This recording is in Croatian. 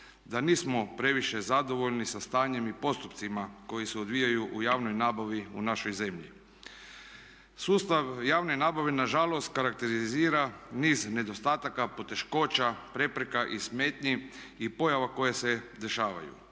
da nismo previše zadovoljni sa stanjem i postupcima koji se odvijaju u javnoj nabavi u našoj zemlji. Sustav javne nabave na žalost karakterizira niz nedostataka, poteškoća, prepreka i smetnji i pojava koje se dešavaju.